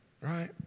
Right